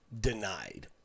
denied